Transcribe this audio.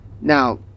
Now